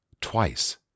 twice